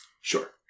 Sure